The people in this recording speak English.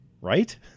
right